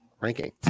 ranking